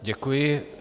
Děkuji.